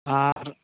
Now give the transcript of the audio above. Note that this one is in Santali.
ᱟᱨᱻᱻ